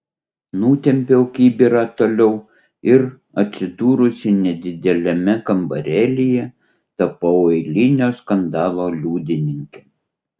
nutempiau kibirą toliau ir atsidūrusi nedideliame kambarėlyje tapau eilinio skandalo liudininke